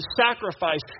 sacrifice